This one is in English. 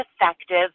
effective